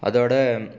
அதோட